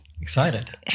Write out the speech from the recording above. Excited